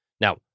Now